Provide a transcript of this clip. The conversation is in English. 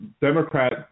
Democrat